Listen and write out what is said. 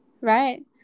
right